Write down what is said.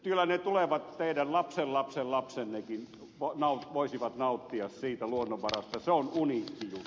kyllä ne teidän tulevat lapsenlapsenlapsennekin voisivat nauttia siitä luonnonvarasta se on uniikkijuttu